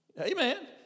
Amen